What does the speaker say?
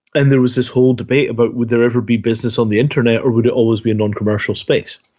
and there was this whole debate about would there ever be business on the internet or would it always be a non-commercial space.